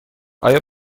آیا